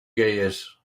gears